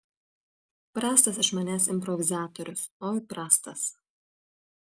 prastas iš manęs improvizatorius oi prastas